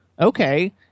Okay